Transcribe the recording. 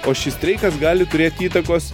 o šis streikas gali turėt įtakos